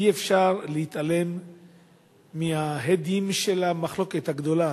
אי-אפשר להתעלם מההדים של המחלוקת הגדולה